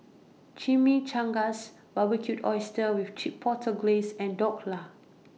Chimichangas Barbecued Oysters with Chipotle Glaze and Dhokla